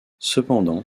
cependant